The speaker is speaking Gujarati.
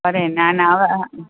અરે ના ના